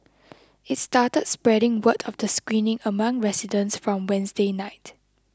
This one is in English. it started spreading word of the screening among residents from Wednesday night